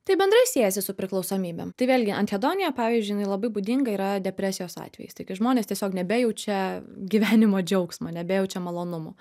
tai bendrai siejasi su priklausomybėm tai vėlgi anhedonija pavyzdžiui inai labai būdinga yra depresijos atvejais taigi žmonės tiesiog nebejaučia gyvenimo džiaugsmo nebejaučia malonumo